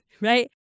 right